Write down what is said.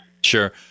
Sure